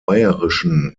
bayerischen